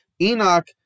Enoch